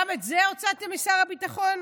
גם את זה הוצאתם משר הביטחון?